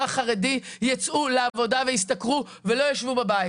החרדי יצאו לעבודה וישתכרו ולא ישבו בבית.